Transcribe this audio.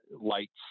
lights